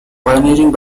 pioneering